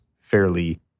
fairly